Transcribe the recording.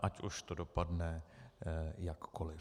Ať už to dopadne jakkoliv.